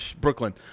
Brooklyn